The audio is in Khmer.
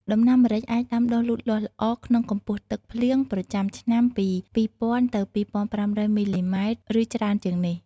ដំណាំម្រេចអាចដាំដុះលូតលាស់ល្អ ក្នុងកម្ពស់ទឹកភ្លៀងប្រចាំឆ្នាំពី ២០០០ ទៅ ២៥០០ មីលីម៉ែត្រ ឬច្រើនជាងនេះ។